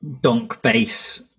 donk-bass